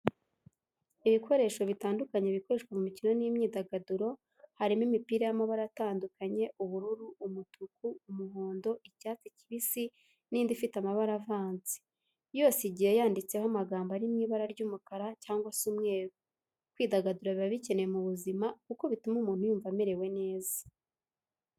Ibikoresho bitandukanye bikoreshwa mu mikino n'imyidagaduro, harimo imipira y'amabara atandukanye ubururu, umutuku, umuhondo, icyatsi kibisi n'indi ifite amabara avanze yose igiye yanditseho amagambo ari mw'ibara ry'umukara cyangwa se umweru, kwidagadura biba bikenewe mu buzima kuko bituma umuntu yumva amerewe neza